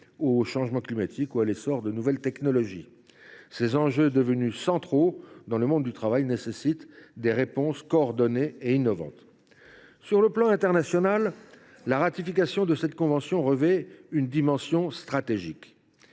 au changement climatique ou à l’essor des nouvelles technologies. Ces enjeux, devenus centraux dans le monde du travail, nécessitent des solutions coordonnées et innovantes. À l’échelon international, la ratification de la convention n° 155 revêt une dimension stratégique.